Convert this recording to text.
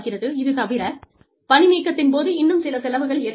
இது தவிர பணி நீக்கத்தின் போது இன்னும் சில செலவுகள் ஏற்படுகிறது